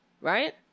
right